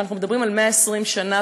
כשאנחנו מדברים על 120 שנה,